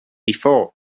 before